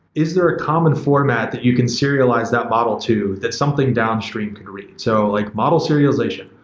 is there a common format that you can serialize that model to that something downstream could read? so, like model serialization?